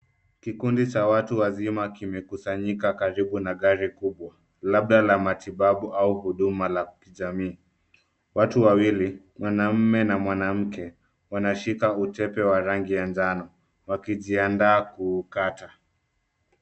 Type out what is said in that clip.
Kikundi cha watu wazima kimekusanyika karibu na gari kubwa labda la matibabu au huduma la kijamii. Watu wawili mwanamme na mwanamke wanashika utepe wa rangi ya njano wakijiandaa kuukata.